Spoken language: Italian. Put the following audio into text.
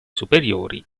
superiori